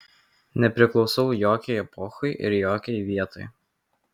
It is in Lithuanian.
nepriklausau jokiai epochai ir jokiai vietai